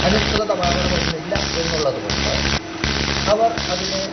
അനുശ്രുതമാകണമെന്നില്ല എന്നുള്ളതു കൊണ്ട് അവർ അതിനെ